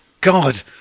God